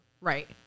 Right